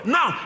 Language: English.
Now